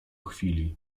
chwili